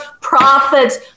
prophet's